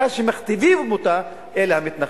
זו חקיקה שמכתיבים אותה אלה המתנחלים.